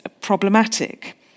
problematic